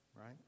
right